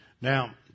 Now